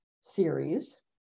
series